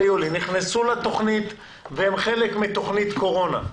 נכנסו לתוכנית והם חלק מתוכנית קורונה.